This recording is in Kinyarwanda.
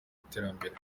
iterambere